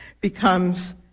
becomes